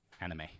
anime